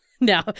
No